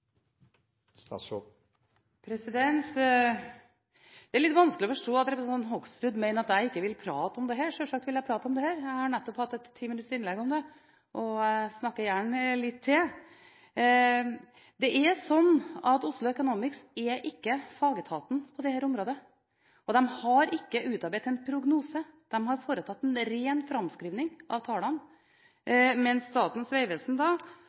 Hoksrud mener at jeg ikke vil prate om dette. Sjølsagt vil jeg prate om dette – jeg har nettopp hatt et timinutters innlegg om det, og jeg snakker gjerne litt til. Det er slik at Oslo Economics ikke er fagetaten på dette området, og de har ikke utarbeidet en prognose. De har foretatt en ren framskriving av tallene, mens Statens vegvesen